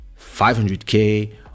500k